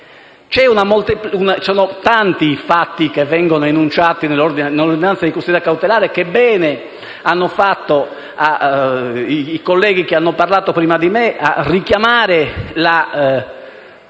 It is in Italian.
Sono tanti i fatti che vengono enunciati nell'ordinanza di custodia cautelare. Bene hanno fatto i colleghi che hanno parlato prima di me a rilevare che